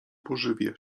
pożywię